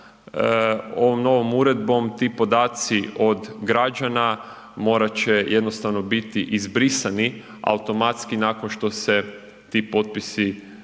ovom novom uredbom ti podaci od građana morat će jednostavno biti izbrisani automatski nakon što se ti potpisi prikupe